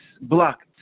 blocked